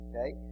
Okay